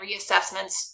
reassessments